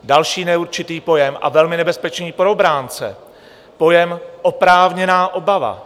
Další neurčitý pojem, a velmi nebezpečný pro obránce, pojem oprávněná obava.